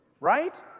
right